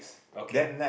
okay